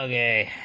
ah a